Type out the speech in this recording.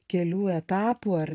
kelių etapų ar